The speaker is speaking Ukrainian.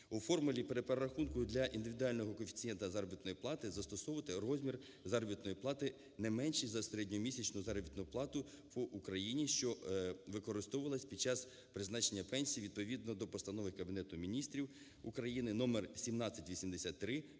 у формулі перерахунку для індивідуального коефіцієнта заробітної плати застосовувати розмір заробітної плати не менший за середньомісячну заробітну плату по Україні, що використовувалася під час призначення пенсій відповідно до Постанови Кабінету Міністрів України номер 1783